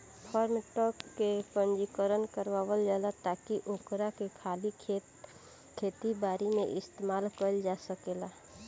form truck के पंजीकरण करावल जाला ताकि ओकरा के खाली खेती बारी में इस्तेमाल कईल जा सकेला